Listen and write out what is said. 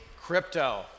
crypto